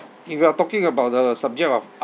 if you are talking about the subject of